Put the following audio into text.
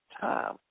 time